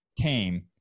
came